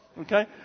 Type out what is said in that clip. okay